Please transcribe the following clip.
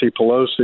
Pelosi